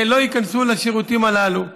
שלא ייכנסו לשירותים הללו.